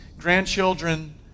grandchildren